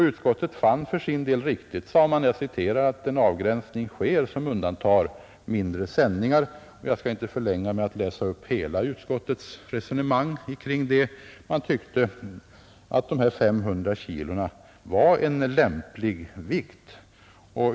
Utskottet fann för sin del riktigt att ”en avgränsning sker som undantar mindre sändningar”. Jag skall inte förlänga debatten med att läsa upp utskottets hela resonemang kring den frågan. Man tyckte att 500 kg var en lämplig vikt.